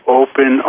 open